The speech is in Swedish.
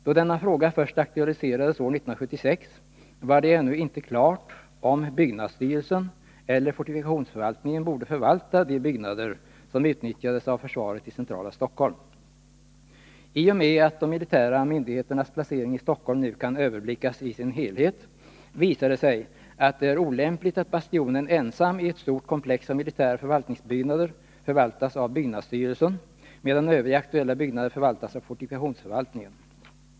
Då denna fråga först aktualiserades år 1976 var det ännu inte klart om byggnadsstyrelsen eller fortifikationsförvaltningen borde förvalta de byggnader som utnyttjades av försvaret i centrala Stockholm. I och med att de militära myndigheternas placering i Stockholm nu kan överblickas i sin helhet vis r det sig att det är olämpligt att Bastionen ensam i ett stort komplex av militära förvaltningsbyggnader förvaltas av byggnadsstyrelsen medan övriga aktuella byggnader förvaltas av fortifikationsförvaltningen.